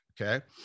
Okay